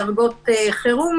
בדבר יציבות החוק,